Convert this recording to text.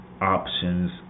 options